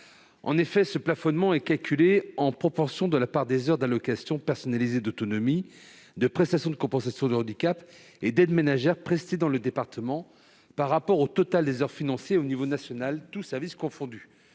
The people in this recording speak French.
En effet, ce plafonnement est calculé en proportion de la part des heures d'allocation personnalisée d'autonomie, de prestation de compensation du handicap et d'aide-ménagère assurées dans le département, par rapport au total des heures financées à l'échelon national, tous services confondus.